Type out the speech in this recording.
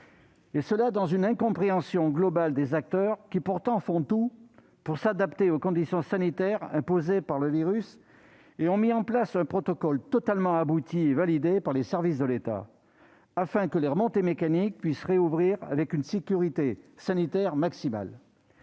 face à une incompréhension globale des acteurs, qui font pourtant tout pour s'adapter aux conditions sanitaires imposées par le virus. Ils ont mis en place un protocole totalement abouti et validé par les services de l'État, afin que les remontées mécaniques puissent rouvrir avec une sécurité sanitaire maximale.